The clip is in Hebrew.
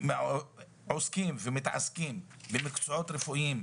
אנחנו עוסקים ומתעסקים במקצועות רפואיים,